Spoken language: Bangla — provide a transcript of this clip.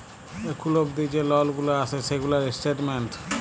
এখুল অবদি যে লল গুলা আসে সেগুলার স্টেটমেন্ট